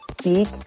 speak